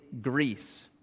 Greece